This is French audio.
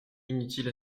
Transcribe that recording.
inutile